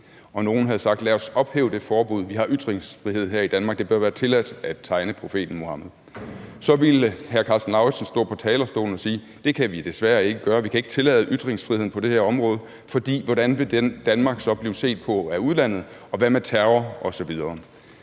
og nogle havde sagt, at vi nu skulle ophæve det forbud, for vi har ytringsfrihed her i Danmark, og det bør være tilladt at tegne profeten Muhammed, så ville hr. hr. Karsten Lauritzen stå på talerstolen og sige: Det kan vi desværre ikke gøre, vi kan ikke tillade ytringsfrihed på det her område, for hvordan vil Danmark så blive set på af udlandet, og hvad med terror osv.?